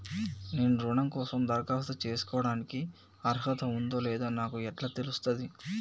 నేను రుణం కోసం దరఖాస్తు చేసుకోవడానికి అర్హత ఉందో లేదో నాకు ఎట్లా తెలుస్తది?